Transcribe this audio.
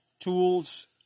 tools